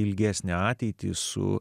ilgesnę ateitį su